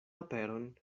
aperon